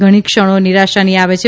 ઘણી ક્ષણો નિરાશાની આવે છે